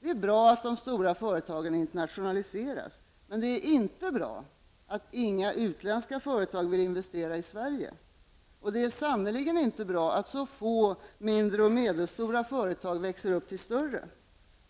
Det är bra att de stora företagen internationaliseras, men det är inte bra att inga utländska företag vill investera i Sverige. Och det är sannerligen inte bra att så få mindre och medelstora företag växer upp till större.